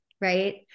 right